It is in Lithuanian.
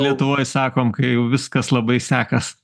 lietuvoj sakom kai jau viskas labai sekas